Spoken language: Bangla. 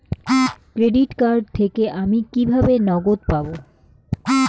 ক্রেডিট কার্ড থেকে আমি কিভাবে নগদ পাব?